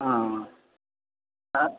ہاں